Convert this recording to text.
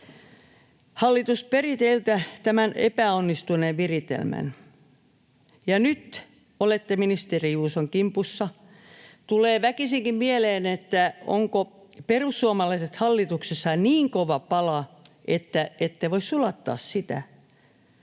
Hallitus peri teiltä tämän epäonnistuneen viritelmän, ja nyt olette ministeri Juuson kimpussa. Tulee väkisinkin mieleen, ovatko perussuomalaiset hallituksessa niin kova pala, että ette voi sulattaa sitä.